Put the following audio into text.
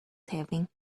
saving